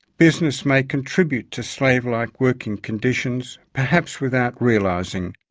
businesses may contribute to slave-like working conditions, perhaps without realizing